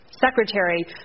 secretary